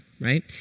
right